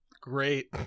Great